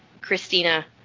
Christina